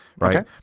Right